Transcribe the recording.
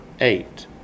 eight